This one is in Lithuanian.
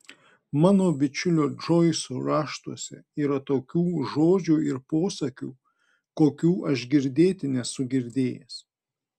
mano bičiulio džoiso raštuose yra tokių žodžių ir posakių kokių aš girdėti nesu girdėjęs